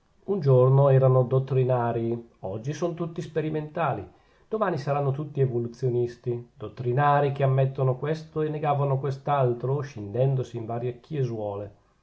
un giorno erano dottrinarii oggi son tutti sperimentali domani saranno tutti evoluzionisti dottrinari che ammettevano questo e negavano quest'altro scindendosi in varie chiesuole